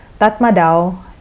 Tatmadaw